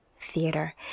theater